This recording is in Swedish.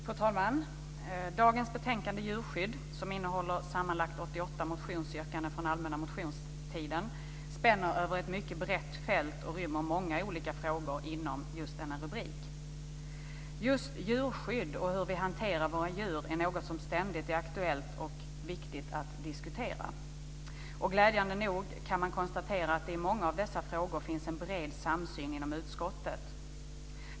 Fru talman! Dagens betänkande, Djurskydd, som innehåller sammanlagt 88 motionsyrkanden från allmänna motionstiden spänner över ett mycket brett fält och rymmer många olika frågor inom just denna rubrik. Just djurskydd och hur vi hanterar våra djur är något som ständigt är aktuellt och viktigt att diskutera. Och glädjande nog kan man konstatera att det i många av dessa frågor finns en bred samsyn inom utskottet.